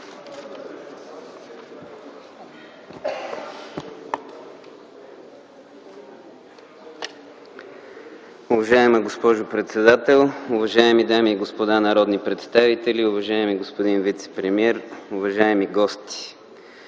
Уважаема госпожо председател, уважаеми дами и господа народни представители, уважаеми господин Цветанов, уважаеми гости!